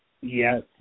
Yes